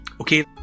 Okay